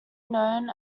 known